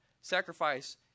Sacrifice